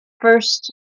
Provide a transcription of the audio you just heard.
first